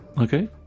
Okay